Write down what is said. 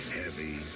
heavy